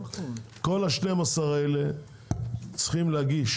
כל ה-12 האלה צריכים להגיש